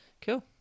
Cool